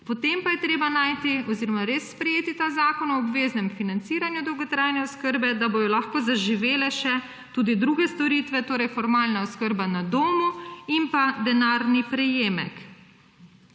Potem pa je treba najti oziroma res sprejeti ta zakon o obveznem financiranju dolgotrajne oskrbe, da bodo lahko zaživele še tudi druge storitve, torej formalna oskrba na domu in pa denarni prejemek.